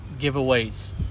giveaways